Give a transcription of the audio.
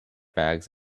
bags